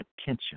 attention